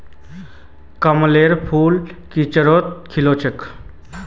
कमलेर फूल किचड़त खिल छेक